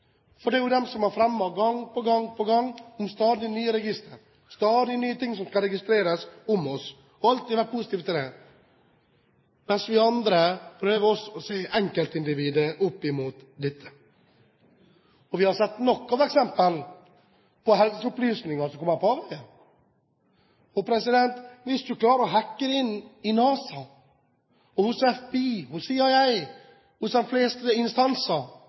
for det er jo de som har fremmet gang på gang stadig nye registre, stadig nye ting som skal registreres om oss. De har alltid vært positive til det, mens vi andre også prøver å se enkeltindivider opp mot dette. Vi har sett nok av eksempler på helseopplysninger som kommer på avveier. Hvis en klarer å hacke seg inn hos NASA, hos FBI og hos CIA – hos de fleste instanser